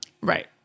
Right